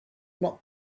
not